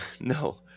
No